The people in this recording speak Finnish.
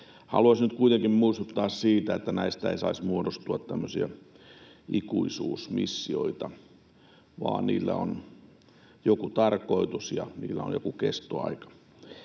haluaisin nyt kuitenkin muistuttaa siitä, että näistä ei saisi muodostua tämmöisiä ikuisuusmissioita vaan niillä tulisi olla joku tarkoitus ja joku kestoaika.